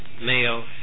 male